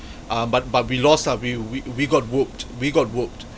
uh but but we lost ah we we got whooped we got whooped